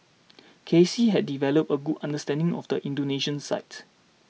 K C had developed a good understanding of the Indonesian psyche